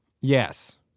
yes